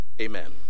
amen